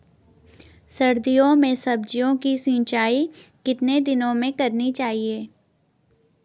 सर्दियों में सब्जियों की सिंचाई कितने दिनों में करनी चाहिए?